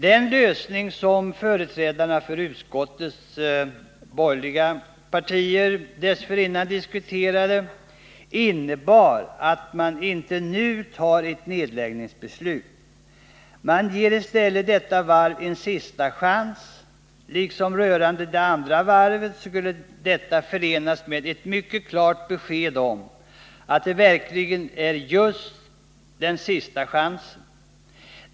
Den lösning som företrädarna för utskottets borgerliga partier dessförinnan diskuterade innebar att man inte nu skulle fatta ett nedläggningsbeslut. Man skulle i stället ge detta varv en sista chans, och liksom rörande de andra varven skulle detta ha förenats med ett mycket klart besked om att det verkligen handlade om just en sista chans.